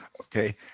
Okay